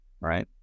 right